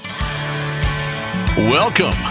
Welcome